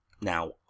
now